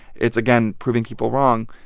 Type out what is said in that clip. it's, again, proving people wrong.